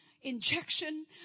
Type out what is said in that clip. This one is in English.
injection